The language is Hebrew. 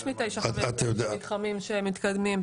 יש ב-959 מתחמים שהם מתקדמים.